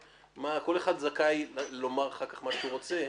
כל אחד זכאי לומר אחר כך מה שהוא רוצה.